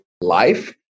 life